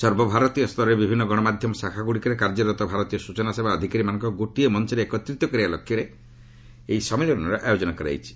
ସର୍ବଭାରତୀୟ ସ୍ତରରେ ବିଭିନ୍ନ ଗଣମାଧ୍ୟମ ଶାଖାଗୁଡ଼ିକରେ କାର୍ଯ୍ୟରତ ଭାରତୀୟ ସ୍ତଚନା ସେବା ଅଧିକାରୀମାନଙ୍କ ଗୋଟିଏ ମଞ୍ଚରେ ଏକତ୍ରିତ କରିବା ଲକ୍ଷ୍ୟରେ ଏହି ସମ୍ମିଳନୀର ଆୟୋଜନ କରାଯାଇଛି